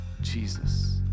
Jesus